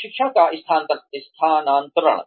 प्रशिक्षण का स्थानांतरण